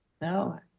no